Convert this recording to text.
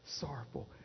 sorrowful